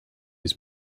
his